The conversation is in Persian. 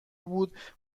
بود